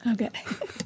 Okay